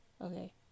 Okay